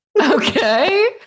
Okay